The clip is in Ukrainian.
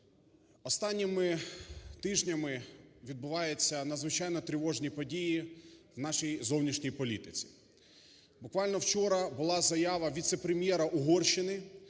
останніми тижнями відбуваються надзвичайно тривожні події в нашій зовнішній політиці. Буквально вчора була заява віце-прем'єра Угорщина,